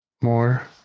more